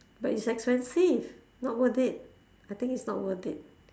but it's expensive not worth it I think it's not worth it